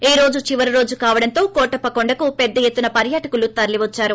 ఈ రోజు చివరి రోజు కావడంతో కోటప్పకొండకు పెద్ద ఎత్తున పర్యాటకులు తరలీవచ్చారు